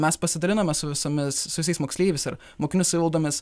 mes pasidalinome su visomis su visais moksleivis ir mokinių savivaldomis